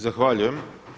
Zahvaljujem.